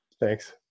Thanks